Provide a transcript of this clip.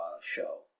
show